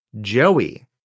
Joey